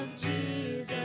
Jesus